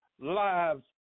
lives